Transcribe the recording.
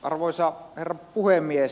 arvoisa herra puhemies